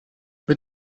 mit